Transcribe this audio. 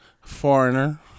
foreigner